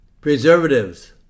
preservatives